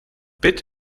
bit